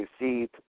received